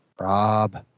Rob